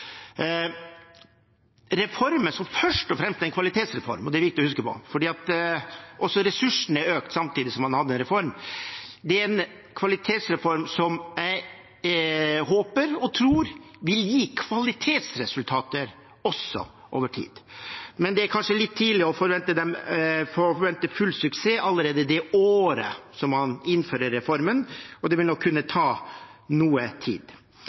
er det viktig å huske på, og ressursene er økt samtidig som man har hatt en reform – er en kvalitetsreform som jeg håper og tror vil gi kvalitetsresultater også over tid. Men det er kanskje litt tidlig å forvente full suksess allerede i det året som man innfører reformen. Det vil nok kunne ta noe tid.